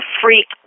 freak